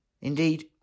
Indeed